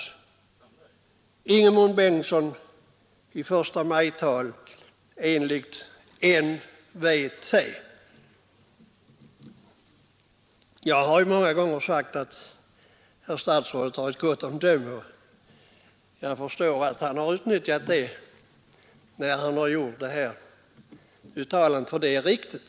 Så sade Ingemund Bengtsson i förstamajtalet enligt NWT. Jag har många gånger sagt att herr statsrådet har ett gott omdöme, och jag förstår att han har utnyttjat detta när han gjorde uttalandet, för det är riktigt.